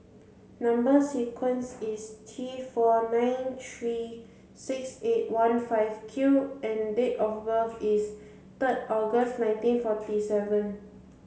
number sequence is T four nine three six eight one five Q and date of birth is third August nineteen forty seven